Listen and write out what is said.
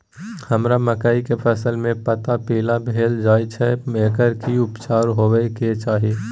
हमरा मकई के फसल में पता पीला भेल जाय छै एकर की उपचार होबय के चाही?